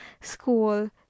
school